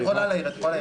את יכולה להעיר,